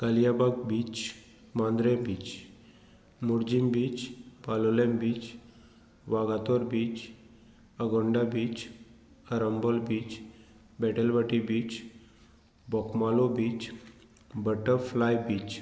Galgibag beach Mandrem beach Morjim beach Palolem beach Vagator beach Agonda beach Arambol beach Betalbatim beach Bogmalo beach butterfly beach